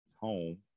home